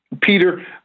Peter